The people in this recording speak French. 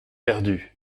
perdus